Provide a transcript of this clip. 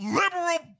liberal